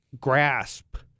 grasp